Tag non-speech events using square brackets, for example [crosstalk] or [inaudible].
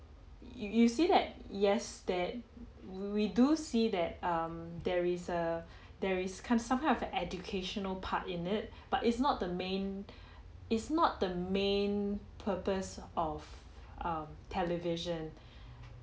you you see that yes that we do see that um there is a there is kind some kind of educational part in it but it's not the main [breath] its not the main purpose of um television